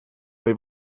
või